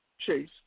Chase